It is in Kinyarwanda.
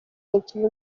imikino